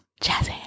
Jazz